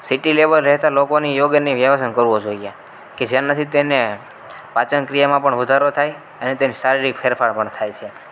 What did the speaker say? city level રહેતાં લોકોની યોગ અને વ્યાવધન કરવો જોઈએ કે જેનાથી તેને પાચન ક્રિયામાં પણ વધારો થાય અને તેને શારીરિક ફેરફાર પણ થાય છે